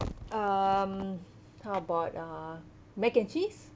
um how about uh mac and cheese